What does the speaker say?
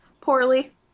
poorly